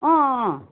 अँ अँ अँ